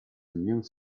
immune